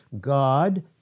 God